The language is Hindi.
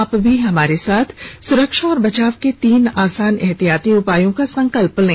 आप भी हमारे साथ सुरक्षा और बचाव के तीन आसान एहतियाती उपायों का संकल्प लें